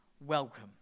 welcome